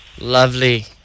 Lovely